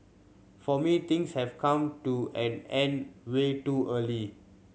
for me things have come to an end way too early